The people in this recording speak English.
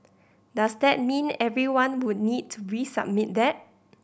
does that mean everyone would need to resubmit that